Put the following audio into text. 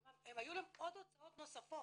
כלומר היו להם עוד הוצאות נוספות.